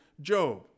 Job